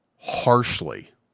harshly